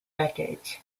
decades